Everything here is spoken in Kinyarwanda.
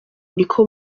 niko